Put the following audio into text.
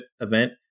event